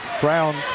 Brown